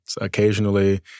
occasionally